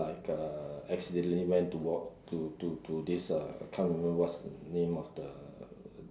like uh accidentally went to walk to to to this uh can't remember what's the name of the